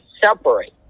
separate